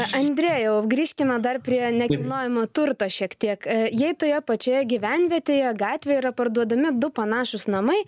andrėjau grįžkime dar prie nekilnojamo turto šiek tiek jei toje pačioje gyvenvietėje gatvėje yra parduodami du panašūs namai